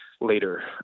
later